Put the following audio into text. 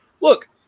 look